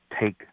take